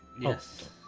yes